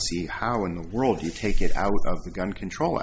see how in the world you take it out of the gun control